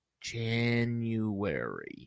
January